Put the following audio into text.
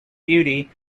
duty